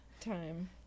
time